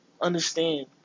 understand